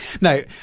No